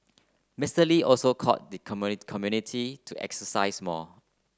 Mister Lee also called the community to exercise more